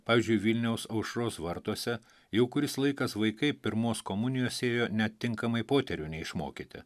pavyzdžiui vilniaus aušros vartuose jau kuris laikas vaikai pirmos komunijos ėjo net tinkamai poterių neišmokyti